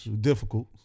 difficult